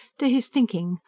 to his thinking,